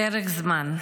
פרק זמן.